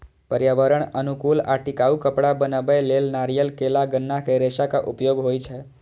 पर्यावरण अनुकूल आ टिकाउ कपड़ा बनबै लेल नारियल, केला, गन्ना के रेशाक उपयोग होइ छै